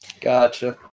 Gotcha